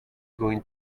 going